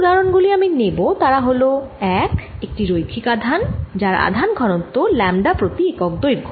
যেই উদাহরন গুলি আমি নেব তারা হল ১ একটি রৈখিক আধান যার আধান ঘনত্ব ল্যামডা প্রতি একক দৈর্ঘ্য